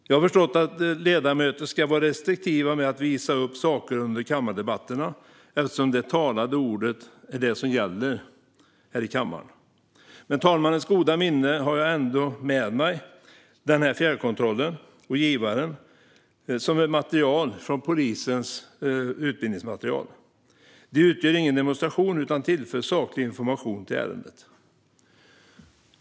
Jag har förstått att ledamöter ska vara restriktiva med att visa upp saker under kammardebatterna eftersom det är det talade ordet som gäller här i kammaren. Med talmannens goda minne har jag ändå tagit med mig den här fjärrkontrollen och givaren, som tillhör polisens utbildningsmaterial. Detta är inte någon demonstration, utan föremålen tillför saklig information i ärendet.